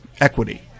Equity